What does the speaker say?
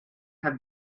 have